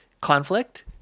conflict